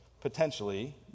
potentially